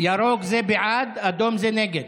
ירוק זה בעד, אדום זה נגד.